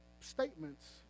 statements